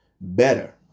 better